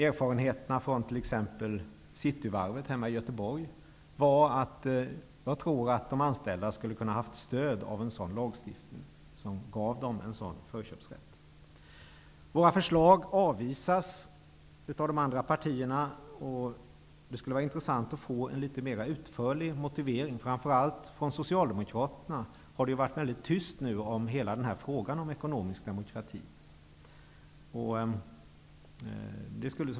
Erfarenheterna från t.ex. Cityvarvet i Göteborg visar att de anställda kunde ha haft stöd av en sådan lagstitning om förköpsrätt. Våra förslag avvisas av de andra partierna. Det skulle vara intressant att få en litet mera utförlig motivering. Framför allt Socialdemokraterna har varit väldigt tysta när det gäller hela denna fråga om ekonomisk demokrati.